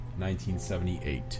1978